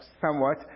somewhat